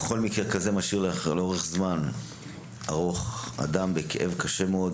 כל מקרה כזה משאיר אדם לאורך זמן ארוך בכאב קשה מאוד,